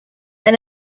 and